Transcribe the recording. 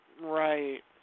Right